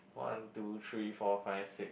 one two three four five six